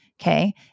Okay